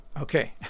Okay